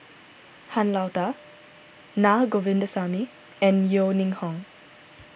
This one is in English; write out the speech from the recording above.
Han Lao Da Naa Govindasamy and Yeo Ning Hong